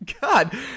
God